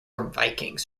vikings